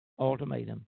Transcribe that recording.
ultimatum